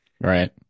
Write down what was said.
right